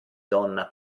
donna